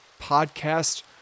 podcast